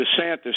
DeSantis